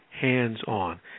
hands-on